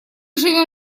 живем